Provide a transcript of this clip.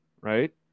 right